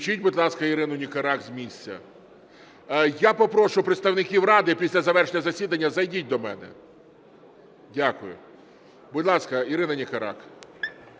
Включіть, будь ласка, Ірину Никорак з місця. Я попрошу представників "Ради" після завершення засідання зайдіть до мене. Дякую. Будь ласка, Ірина Никорак.